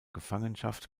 gefangenschaft